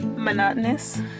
monotonous